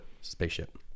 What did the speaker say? spaceship